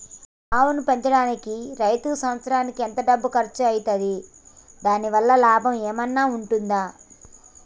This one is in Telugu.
ఆవును పెంచడానికి రైతుకు సంవత్సరానికి ఎంత డబ్బు ఖర్చు అయితది? దాని వల్ల లాభం ఏమన్నా ఉంటుందా?